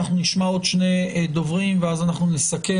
אנחנו נשמע עוד שני דוברים ואז נסכם.